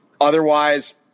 otherwise